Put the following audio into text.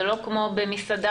זה לא כמו במסעדה,